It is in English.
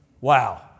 Wow